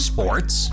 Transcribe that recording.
Sports